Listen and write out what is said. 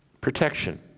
Protection